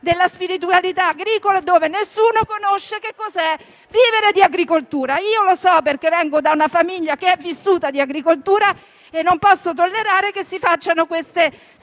della spiritualità agricola, in cui nessuno sa cosa significa vivere di agricoltura. Io lo so perché vengo da una famiglia che è vissuta di agricoltura e non posso tollerare che si facciano queste stranezze